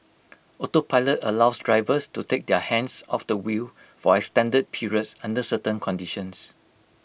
autopilot allows drivers to take their hands off the wheel for extended periods under certain conditions